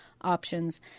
options